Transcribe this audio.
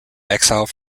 exile